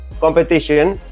competition